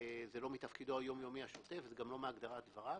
זה לא מתפקידו היום-יומי השוטף וזה גם לא מהגדרת תפקידו.